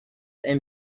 and